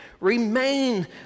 Remain